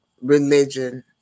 religion